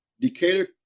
Decatur